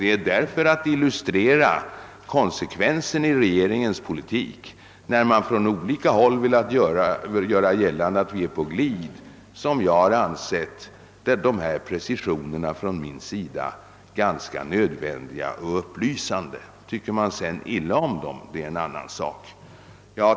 Det är för att illustrera konsekvensen i regeringens politik, när man från olika håll velat göra gällande, att vi vore på glid, som jag har ansett dessa preciseringar från min sida nödvändiga och belysande. Om man sedan tycker illa om dem är en annan sak.